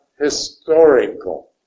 historical